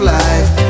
life